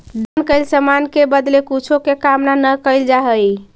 दान कैल समान के बदले कुछो के कामना न कैल जा हई